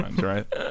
right